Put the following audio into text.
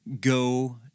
go